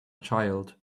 child